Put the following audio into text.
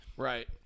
Right